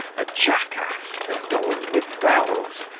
a jackass adorned with bells,